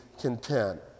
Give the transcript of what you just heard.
content